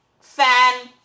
fan